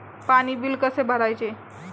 पाणी बिल कसे भरायचे?